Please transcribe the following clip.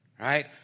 right